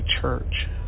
church